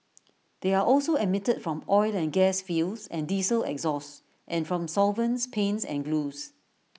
they are also emitted from oil and gas fields and diesel exhaust and from solvents paints and glues